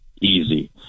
easy